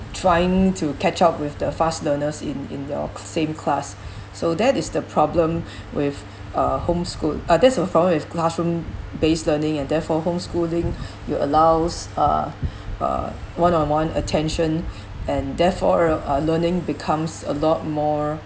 trying to catch up with the fast learners in in your same class so that is the problem with uh homeschooled uh that's the problem with classroom-based learning and therefore homeschooling you allows uh uh one on one attention and therefore uh learning becomes a lot more